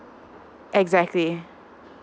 exactly